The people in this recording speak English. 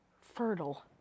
fertile